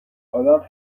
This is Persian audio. آدم